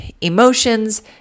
emotions